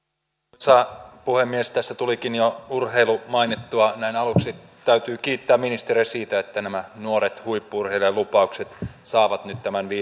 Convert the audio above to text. arvoisa puhemies tässä tulikin jo urheilu mainittua näin aluksi täytyy kiittää ministeriä siitä että nämä nuoret huippu urheilijalupaukset saavat nyt tämän